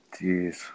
Jeez